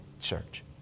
church